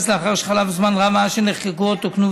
לאחר שחלף זמן רב מאז שנחקקו או תוקנו,